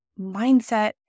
mindset